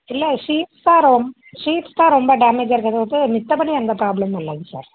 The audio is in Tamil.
இல்லை ஷீட்ஸ் தான் ரொம் ஷீட்ஸ் தான் ரொம்ப டேமேஜ்ஜாக இருக்கிறதொட்டு மத்தப்படி எந்த ப்ராப்ளமும் இல்லைங்க சார்